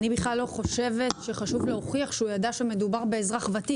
אני בכלל לא חושבת שחשוב להוכיח שהוא ידע שמדובר באזרח ותיק,